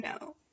no